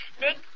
Nick